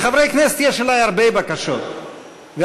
לחברי כנסת יש הרבה בקשות ממני,